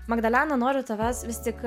magdalena noriu tavęs vis tik